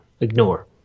Ignore